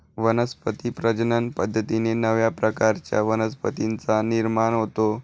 वनस्पती प्रजनन पद्धतीने नव्या प्रकारच्या वनस्पतींचा निर्माण होतो